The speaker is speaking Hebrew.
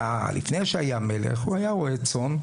שלפני שהיה מלך הוא היה רועה צאן.